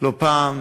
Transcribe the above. לא פעם,